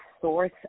source